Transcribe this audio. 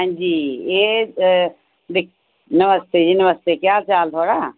हां जी एह् नमस्ते जी नमस्ते केह् हाल चाल ऐ थोआढ़ा